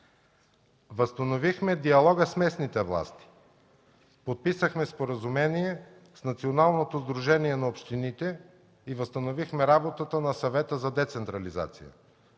Възстановихме диалога с местните власти. Подписахме споразумение с Националното сдружение на общините и възстановихме работата на Съвета за децентрализация.